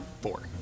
Four